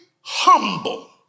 humble